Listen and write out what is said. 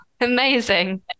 Amazing